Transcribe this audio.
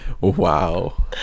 Wow